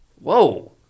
Whoa